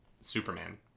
superman